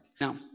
Now